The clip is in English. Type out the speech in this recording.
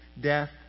death